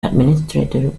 administrator